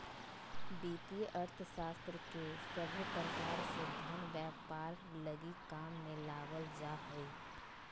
वित्तीय अर्थशास्त्र के सभे प्रकार से धन व्यापार लगी काम मे लावल जा हय